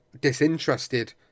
disinterested